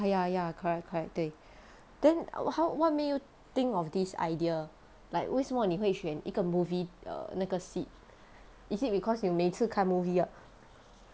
ya ya correct correct 对 then how what make you think of this idea like 为什么你会选一个 movie err 那个 seat is it because 你每次看 movie